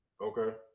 Okay